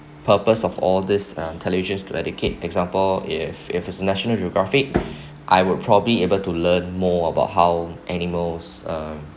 purpose of all this uh televisions to educate example if if it's national geographic I would probably be able to learn more about how animals um